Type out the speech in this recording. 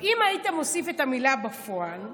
אם היית מוסיף את המילה בפועל,